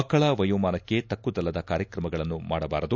ಮಕ್ಕಳ ವಯೋಮಾನಕ್ಕೆ ತಕ್ಕುದಲ್ಲದ ಕಾರ್ಯಕ್ರಮಗಳನ್ನು ಮಾಡಬಾರದು